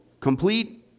complete